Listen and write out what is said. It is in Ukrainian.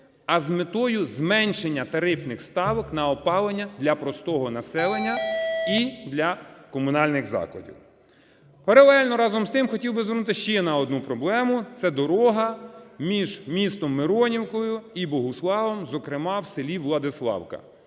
а з метою зменшення тарифних ставок на опалення для простого населення і для комунальних закладів. Паралельно разом з тим хотів би звернути ще на одну проблему – це дорога між містом Миронівкою і Богуславом, зокрема в селі Владиславка.